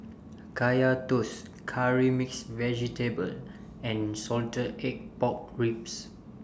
Kaya Toast Curry Mixed Vegetable and Salted Egg Pork Ribs